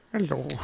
Hello